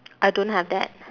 I don't have that